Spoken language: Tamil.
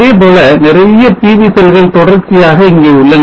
இதேபோல நிறைய PV செல்கள் தொடர்ச்சியாக இங்கே உள்ளன